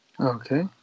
Okay